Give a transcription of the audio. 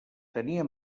tenia